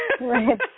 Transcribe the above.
Right